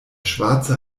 schwarze